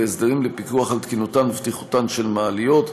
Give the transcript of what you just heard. והסדרים לפיקוח על תקינותן ובטיחותן של מעליות.